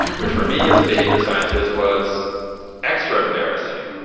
which, for me, as a behavior scientist, was extra embarrassing.